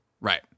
Right